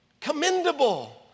Commendable